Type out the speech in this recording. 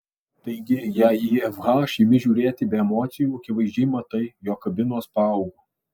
taigi jei į fh imi žiūrėti be emocijų akivaizdžiai matai jog kabinos paaugo